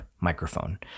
microphone